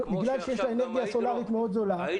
בגלל שיש לה אנרגיה סולארית מאוד זולה,